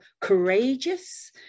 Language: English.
courageous